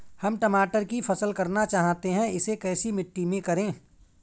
हम टमाटर की फसल करना चाहते हैं इसे कैसी मिट्टी में करें?